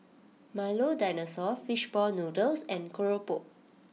Milo Dinosaur Fish Ball Noodles and Keropok